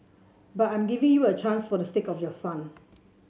but I'm giving you a chance for the sake of your son